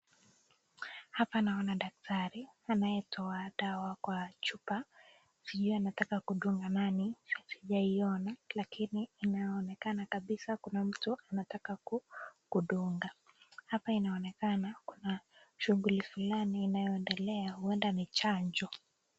Hapa naona daktari anayetoa dawa kwa chupa. Sijui anataka kudunga nani, sijaiona, lakini inaonekana kabisa kuna mtu anataka kudunga. Hapa inaonekana kuna shughuli fulani inayoendelea, huenda ni chanjo.